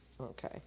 Okay